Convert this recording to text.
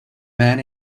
men